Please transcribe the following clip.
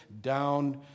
down